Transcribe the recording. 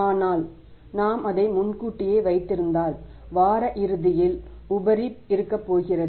ஆனால் நாம் அதை முன்கூட்டியே அறிந்திருந்தால் வார இறுதியில் உபரி இருக்கப்போகிறது